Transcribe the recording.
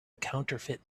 counterfeit